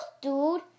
dude